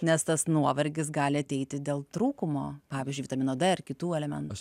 nes tas nuovargis gali ateiti dėl trūkumo pavyzdžiui vitamino d ar kitų elementų